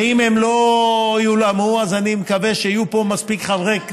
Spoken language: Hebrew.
ואם הם לא יולאמו אז אני מקווה שיהיו פה מספיק חברי כנסת,